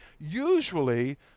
usually